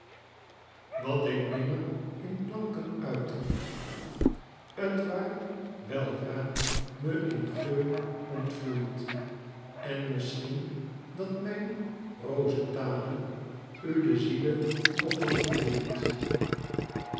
wat ik nimmer in klanken uitte het waar weldra me in geur ontvloeid en misschien dat mijn roetale u de ziele nog had geboeid